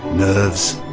nerves.